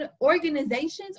organizations